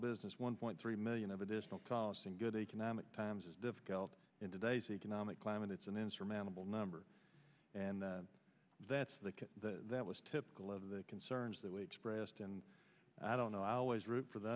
business one point three million of additional tossing good economic times is difficult in today's economic climate it's an insurmountable number and that's the kind that was typical of the concerns that we expressed and i don't know i always root for the